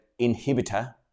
inhibitor